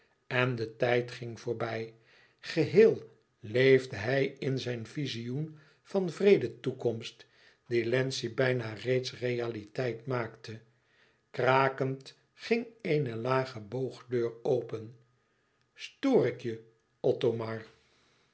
en de tijd ging voorbij geheel leefde hij in zijn vizioen van vrede toekomst die wlenzci bijna reeds realiteit maakte krakend ging eene lage boogdeur open stoor ik je